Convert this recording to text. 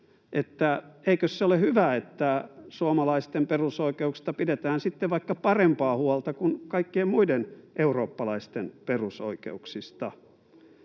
eikös se ole hyvä, että suomalaisten perusoikeuksista pidetään sitten vaikka parempaa huolta kuin kaikkien muiden eurooppalaisten perusoikeuksista?